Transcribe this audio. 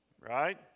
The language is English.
Right